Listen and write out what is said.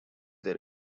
their